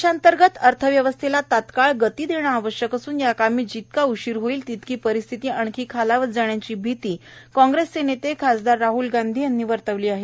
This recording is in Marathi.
देशांतर्गत अर्थव्यवस्थेला तत्काळ गती देणं आवश्यक असून या कामी जेवढा उशीर होईल तेवढी परिस्थित आणखी खालावत जाण्याची भीती काँग्रेस नेते खासदार राहल गांधी यांनी वर्तवली आहे